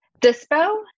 Dispo